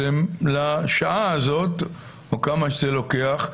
אז הם לשעה הזאת או כמה שזה לוקח,